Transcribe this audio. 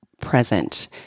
present